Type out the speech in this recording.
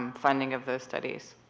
um funding of the studies.